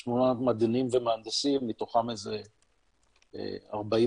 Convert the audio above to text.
700-800 מדענים ומהנדסים, מתוכם 40 בארץ,